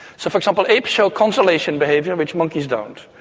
so, for example, apes show consolation behaviour, which monkeys don't,